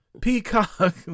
Peacock